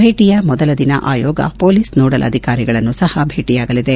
ಭೇಟಿಯ ಮೊದಲ ದಿನ ಆಯೋಗ ಪೊಲೀಸ್ ನೋಡಲ್ ಅಧಿಕಾರಿಗಳನ್ನು ಸಪ ಭೇಟಿಯಾಗಲಿದೆ